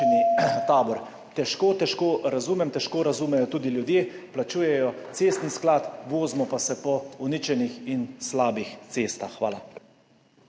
Tabor. Težko, težko razumem, težko razumejo, tudi ljudje, plačujejo cestni sklad, vozimo pa se po uničenih in slabih cestah. Hvala.